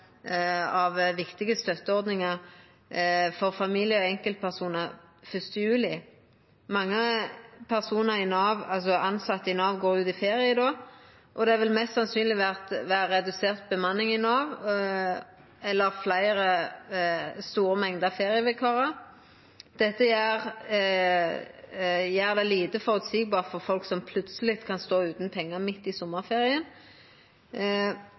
viktige støtteordningar for familiar og enkeltpersonar 1. juli. Mange tilsette i Nav går jo ut i ferie då, og det vil mest sannsynleg vera redusert bemanning eller mange ferievikarar i Nav. Dette gjer det lite føreseieleg for folk som plutseleg kan stå utan pengar midt i